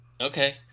Okay